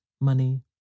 money